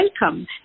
welcome